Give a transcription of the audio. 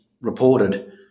reported